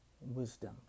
wisdom